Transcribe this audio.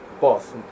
boss